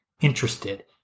interested